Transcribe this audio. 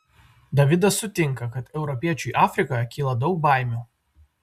davidas sutinka kad europiečiui afrikoje kyla daug baimių